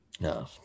No